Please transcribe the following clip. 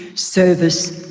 service,